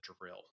drill